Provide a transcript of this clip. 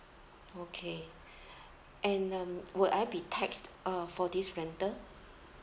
okay and um will I be taxed uh for this rental